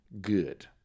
Good